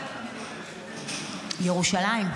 ירושלים.